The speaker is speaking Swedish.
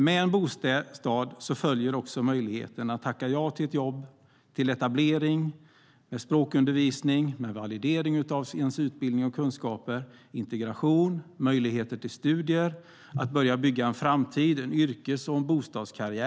Med en bostad följer ju också möjligheten att tacka ja till ett jobb, till etablering med språkundervisning, validering av utbildning och kunskaper, integration, möjlighet till studier och att börja bygga en framtid och en yrkes och en bostadskarriär.